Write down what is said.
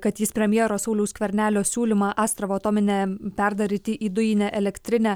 kad jis premjero sauliaus skvernelio siūlymą astravo atominę perdaryti į dujinę elektrinę